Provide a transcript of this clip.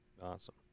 Awesome